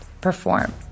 perform